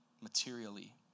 materially